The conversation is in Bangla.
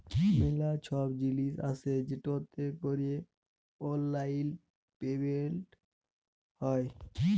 ম্যালা ছব জিলিস আসে যেটতে ক্যরে অললাইল পেমেলট হ্যয়